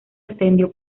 extendió